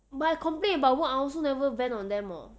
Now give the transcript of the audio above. but I complain about what I also never vent on them hor